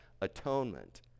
atonement